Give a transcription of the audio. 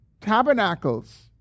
tabernacles